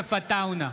יוסף עטאונה,